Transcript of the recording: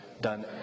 done